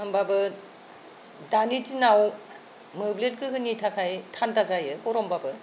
होमबाबो दानि दिनाव मोब्लिब गोहोनि थाखाय थानदा जायो गरमबाबो